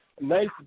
nice